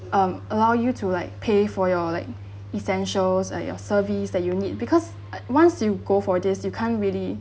um allow you to like pay for your like essentials or your service that you need because once you go for this you can't really